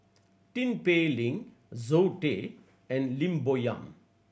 Tin Pei Ling Zoe Tay and Lim Bo Yam